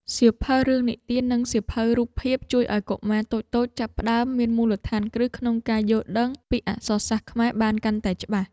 សៀវភៅរឿងនិទាន និងសៀវភៅរូបភាពជួយឱ្យកុមារតូចៗចាប់ផ្តើមមានមូលដ្ឋានគ្រឹះក្នុងការយល់ដឹងពីអក្សរសាស្ត្រខ្មែរបានកាន់តែច្បាស់។